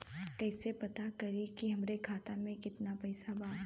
कइसे पता करि कि हमरे खाता मे कितना पैसा बा?